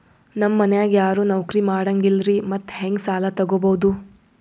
ನಮ್ ಮನ್ಯಾಗ ಯಾರೂ ನೌಕ್ರಿ ಮಾಡಂಗಿಲ್ಲ್ರಿ ಮತ್ತೆಹೆಂಗ ಸಾಲಾ ತೊಗೊಬೌದು?